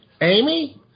Amy